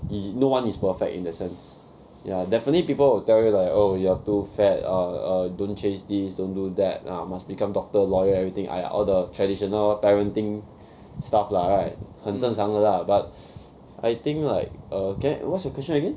no one is perfect in that sense ya definitely people will tell you like oh you're too fat or err don't change this don't do that ah must become doctor lawyer everything !aiya! all the traditional parenting stuff lah right 很正常的 lah but I think like err can what's your question again